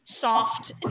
soft